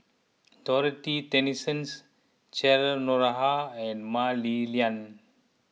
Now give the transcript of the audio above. Dorothy Tessensohn Cheryl Noronha and Mah Li Lian